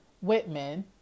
Whitman